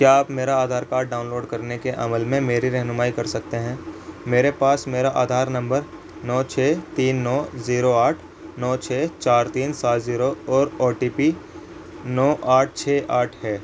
کیا آپ میرا آدھار کارڈ ڈاؤن لوڈ کرنے کے عمل میں میری رہنمائی کر سکتے ہیں میرے پاس میرا آدھار نمبر نو چھ تین نو زیرو آٹھ نو چھ چار تین سات زیرو اور او ٹی پی نو آٹھ چھ آٹھ ہے